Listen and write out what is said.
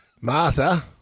Martha